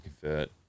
convert